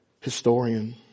historian